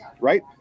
right